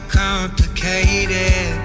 complicated